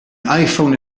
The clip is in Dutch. iphone